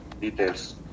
details